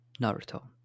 Naruto